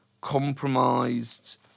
compromised